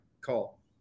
call